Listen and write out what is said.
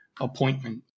appointment